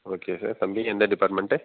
okay sir தம்பி எந்த department